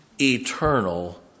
Eternal